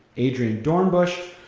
adrian dornbush,